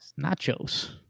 Nachos